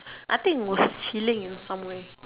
I think was chilling in somewhere